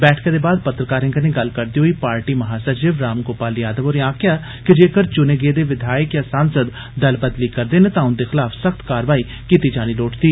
बैठके दे बाद पत्रकारें कन्ने गल्ल करदे होई पार्टी महासचिव राम गोपाल यादव होरें आक्खेआ कि जेकर चुने गेदे विधायक जां सांसद दल बदली करदे न तां उन्दे खलाफ सख्त कारवाई कीती जानी लोड़चदी